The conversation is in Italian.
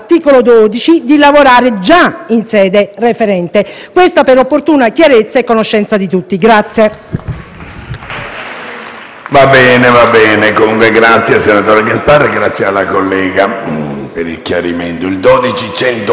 in sede referente. Dico questo per opportuna chiarezza e conoscenza di tutti.